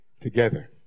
together